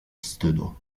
wstydu